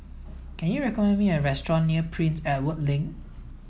can you recommend me a restaurant near Prince Edward Link